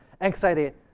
excited